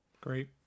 Great